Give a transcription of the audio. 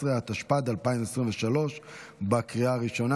19), התשפ"ד 2023, לקריאה הראשונה.